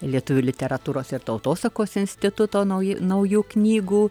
lietuvių literatūros ir tautosakos instituto nauji naujų knygų